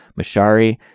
Mashari